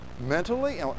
mentally